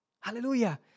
hallelujah